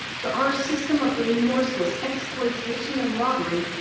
to our system of remorseless exploitation and robbery.